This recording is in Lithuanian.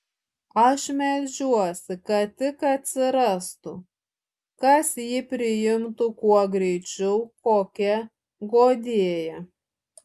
aš meldžiuosi kad tik atsirastų kas jį priimtų kuo greičiau kokia guodėja